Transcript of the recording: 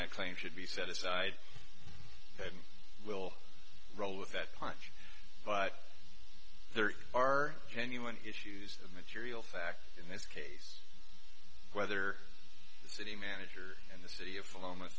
that claim should be set aside and will roll with that punch but there are genuine issues of material fact in this case whether the city manager and the city of